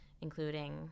including